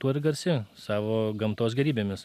tuo ir garsi savo gamtos gėrybėmis